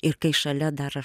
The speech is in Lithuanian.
ir kai šalia dar